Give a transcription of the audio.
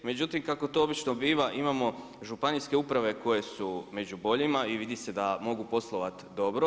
Međutim, kako to obično biva imamo županijske uprave koje su među boljima i vidi se da mogu poslovati dobro.